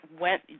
went